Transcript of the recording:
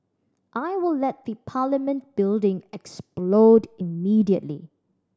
I will let the Parliament building explode immediately